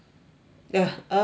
ya earth is